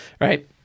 Right